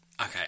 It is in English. Okay